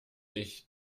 ich